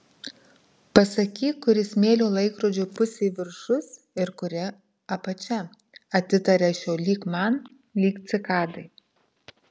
pasakyk kuri smėlio laikrodžio pusė viršus ir kuri apačia atitaria šio lyg man lyg cikadai